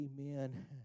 Amen